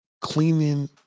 cleaning